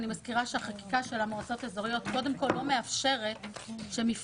אני מזכירה שהחקיקה של המועצות האזוריות קודם כל לא מאפשרת שמפלגה